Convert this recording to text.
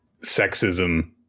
sexism